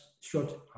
short